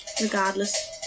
regardless